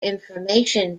information